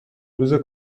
روز